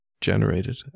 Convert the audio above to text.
generated